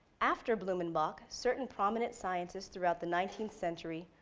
after blumenbach, certain prominent scientists throughout the nineteenth century,